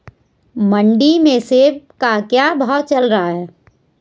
मंडी में सेब का क्या भाव चल रहा है?